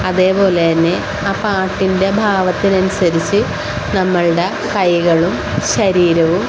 അതേപോലെ തന്നെ ആ പാട്ടിൻ്റെ ഭാവത്തിനനുസരിച്ച് നമ്മളുടെ കൈകളും ശരീരവും